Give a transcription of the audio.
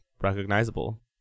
recognizable